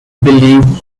believed